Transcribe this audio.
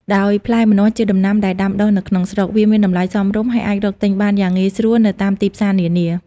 ដោយសារផ្លែម្នាស់ជាដំណាំដែលដាំដុះនៅក្នុងស្រុក វាមានតម្លៃសមរម្យ ហើយអាចរកទិញបានយ៉ាងងាយស្រួលនៅតាមទីផ្សារនានា។